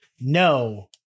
No